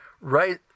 right